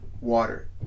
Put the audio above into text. water